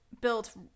built